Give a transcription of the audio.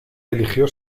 eligió